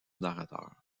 narrateur